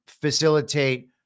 facilitate